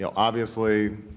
so obviously